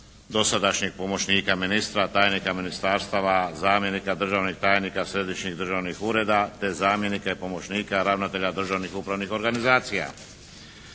dosadašnjeg pomoćnika ministra, tajnika ministarstava, zamjenika državnih tajnika središnjih državnih ureda te zamjenika i pomoćnika ravnatelja državnih upravnih organizacija.